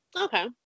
Okay